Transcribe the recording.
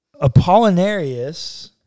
Apollinarius